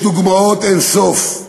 יש דוגמאות אין-סוף,